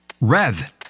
Rev